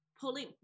pulling